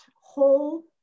whole